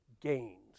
Gains